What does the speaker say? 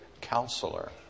Counselor